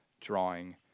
drawing